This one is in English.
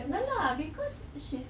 no lah because she's